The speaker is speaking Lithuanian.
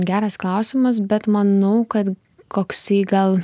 geras klausimas bet manau kad koksai gal